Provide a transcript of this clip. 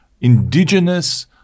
indigenous